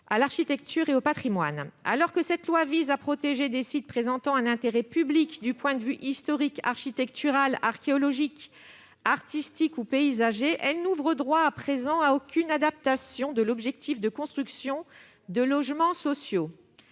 à l'architecture et au patrimoine. Alors que cette loi vise à protéger des sites présentant un intérêt public du point de vue historique, architectural, archéologique, artistique ou paysager, elle n'ouvre droit à présent à aucune adaptation de l'objectif de construction de logements sociaux.